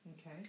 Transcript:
Okay